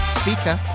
speaker